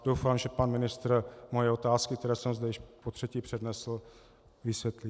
Doufám, že pan ministr moje otázky, které jsem zde již potřetí přednesl, vysvětlí.